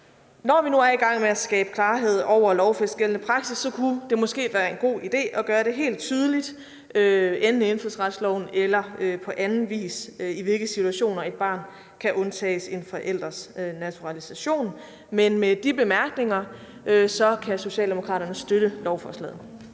Når vi nu er i gang med at skabe klarhed over og lovfæste gældende praksis, kunne det måske være en god idé at gøre det helt tydeligt enten i indfødsretsloven eller på anden vis, i hvilke situationer et barn kan undtages en forælders naturalisation. Men med de bemærkninger kan Socialdemokratiet støtte lovforslaget.